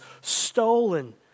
stolen